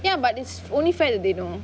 ya but it's only fair that they know